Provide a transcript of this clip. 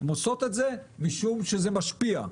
הן עושות את זה משום שזה משפיע.